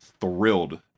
thrilled